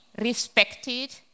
respected